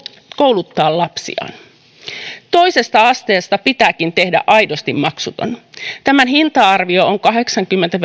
kouluttaa lapsiaan toisesta asteesta pitääkin tehdä aidosti maksuton tämän hinta arvio on kahdeksankymmentä